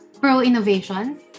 pro-innovation